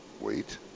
Wait